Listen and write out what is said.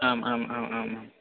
आम् आम् आम् आम् आं